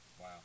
wow